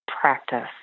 practice